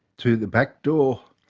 to the backdoor